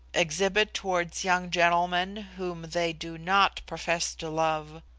exhibit towards young gentlemen whom they do not profess to love.